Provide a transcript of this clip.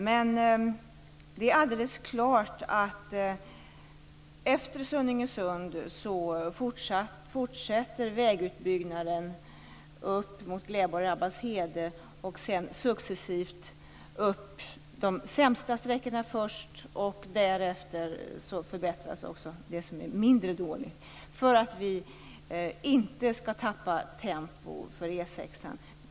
Men det är alldeles klart att efter Sunningesund fortsätter vägutbyggnaden successivt upp mot Gläborg-Rabbalshede och vidare därefter. Man tar de sämsta sträckorna först, och därefter förbättras också det som är mindre dåligt, för att vi inte skall tappa tempo för E 6:an.